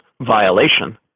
violation